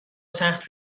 سخت